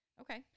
Okay